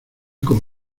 con